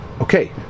Okay